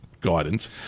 guidance